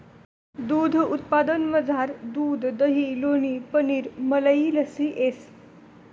दूध उत्पादनमझार दूध दही लोणी पनीर मलई लस्सी येस